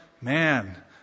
man